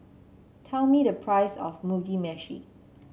tell me the price of Mugi Meshi